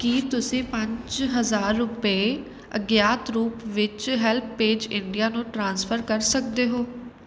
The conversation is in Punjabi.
ਕੀ ਤੁਸੀਂਂ ਪੰਜ ਹਜ਼ਾਰ ਰੁਪਏ ਅਗਿਆਤ ਰੂਪ ਵਿੱਚ ਹੈਲਪਪੇਜ ਇੰਡੀਆ ਨੂੰ ਟ੍ਰਾਂਸਫਰ ਕਰ ਸਕਦੇ ਹੋ